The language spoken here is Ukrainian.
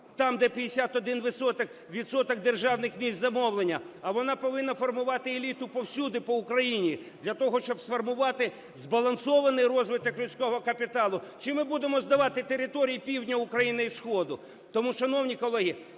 відсоток державних місць замовлення, а вона повинна формувати еліту повсюди по Україні для того, щоб сформувати збалансований розвиток людського капіталу. Чи ми будемо здавати території півдня України і сходу? Тому, шановні колеги,